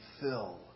fill